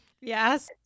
Yes